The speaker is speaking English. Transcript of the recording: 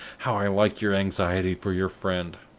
how i like your anxiety for your friend!